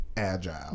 Agile